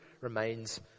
remains